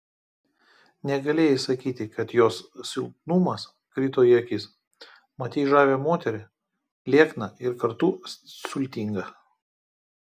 negalėjai sakyti kad jos silpnumas krito į akis matei žavią moterį liekną ir kartu sultingą